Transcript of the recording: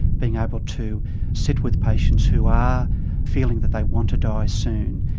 being able to sit with patients who are feeling that they want to die soon,